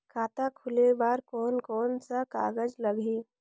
खाता खुले बार कोन कोन सा कागज़ लगही?